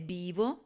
vivo